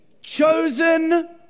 chosen